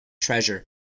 treasure